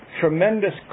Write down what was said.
tremendous